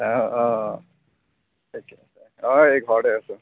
অঁ অঁ অঁ তাকেই অঁ এই ঘৰতে আছোঁ